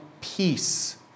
peace